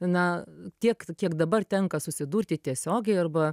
na tiek kiek dabar tenka susidurti tiesiogiai arba